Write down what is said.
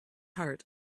heart